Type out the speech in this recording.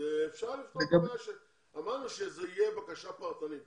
אמרנו שזאת תהיה בקשה פרטנית.